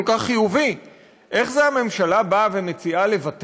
אם הכלי הזה כל כך חיובי,